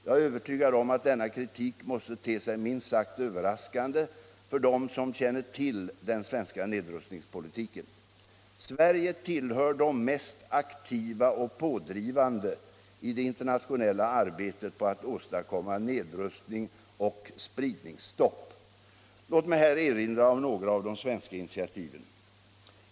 Jag är övertygad om att denna kritik måste te sig minst sagt överraskande för dem som känner till den svenska nedrustningspolitiken. Sverige tillhör de mest aktiva och pådrivande i det internationella arbetet på att åstadkomma nedrustning och spridningsstopp. Låt mig här erinra om några av de svenska initiativen.